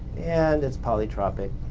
and it's polytropic